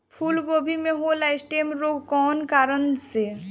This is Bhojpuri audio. फूलगोभी में होला स्टेम रोग कौना कारण से?